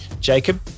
Jacob